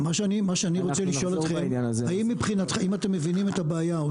מה שאני רוצה לשאול אתכם אם אתם מבינים את הבעיה?